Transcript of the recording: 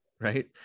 Right